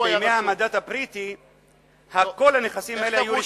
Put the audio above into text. בימי המנדט הבריטי כל הנכסים האלה היו רשומים,